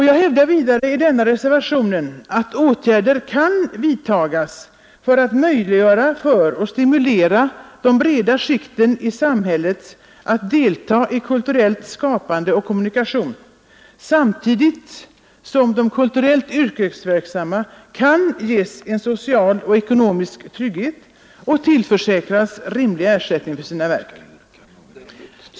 Jag hävdar vidare i min reservation att åtgärder kan vidtas för att möjliggöra för och stimulera de breda skikten i samhället till att delta i kulturellt skapande och i kulturell kommunikation, samtidigt som de kulturellt yrkesverksamma kan ges en social och ekonomisk trygghet och tillförsäkras rimlig ersättning för sina verk.